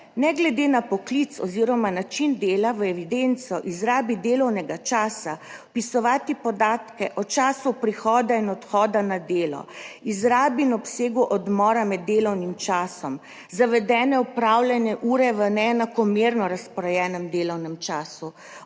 ne glede na poklic oziroma način dela v evidenco o izrabi delovnega časa vpisovati podatke o času prihoda in odhoda na delo, izrabi in obsegu odmora med delovnim časom, zavedene opravljene ure v neenakomerno razporejenem delovnem času,